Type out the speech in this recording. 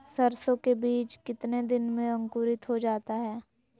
सरसो के बीज कितने दिन में अंकुरीत हो जा हाय?